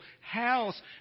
house